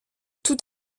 tout